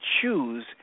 choose